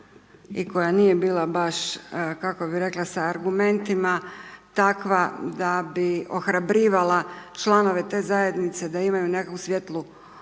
i koja nije bila baš, kako bih rekla sa argumentima, takva da bi ohrabrivala članove te zajednice da imaju nekakvu svijetlu